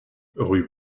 rue